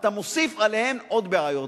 אתה מוסיף עליהן עוד בעיות.